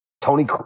Tony